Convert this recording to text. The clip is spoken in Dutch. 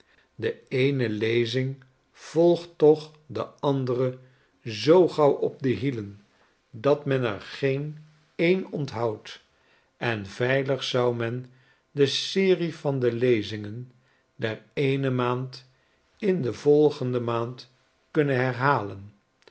de eene lezing volgt toch de andere zoo gauw op de hielen dat men er geen een onthoud en veilig zou men de serie van de lezingen der eene maand in de volgende maand kunnen herhalen